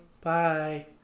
Bye